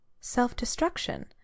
self-destruction